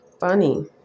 funny